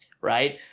right